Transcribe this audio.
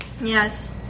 Yes